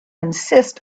insist